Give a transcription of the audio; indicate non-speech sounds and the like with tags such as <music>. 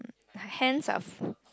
her hands are f~ <breath>